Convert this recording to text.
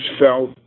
felt